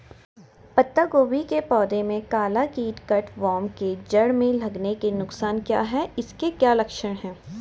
पत्ता गोभी की पौध में काला कीट कट वार्म के जड़ में लगने के नुकसान क्या हैं इसके क्या लक्षण हैं?